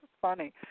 funny